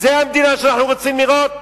זו המדינה שאנחנו רוצים לראות?